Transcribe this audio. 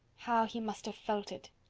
how he must have felt it!